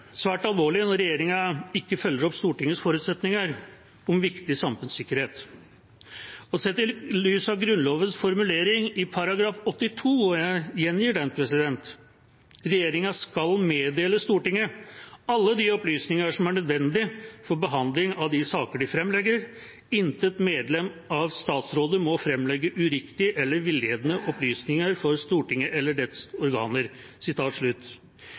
svært alvorlig når regjeringa ikke følger opp Stortingets forutsetninger om viktig samfunnssikkerhet, sett i lys av Grunnlovens formulering i § 82: «Regjeringen skal meddele Stortinget alle de opplysninger som er nødvendige for behandlingen av de saker den fremlegger. Intet medlem av statsrådet må fremlegge uriktige eller villedende opplysninger for Stortinget eller dets organer.»